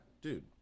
dude